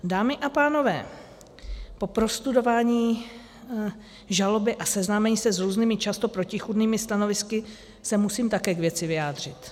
Dámy a pánové, po prostudování žaloby a seznámení se s různými, často protichůdnými stanovisky, se musím také k věci vyjádřit.